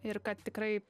ir kad tikrai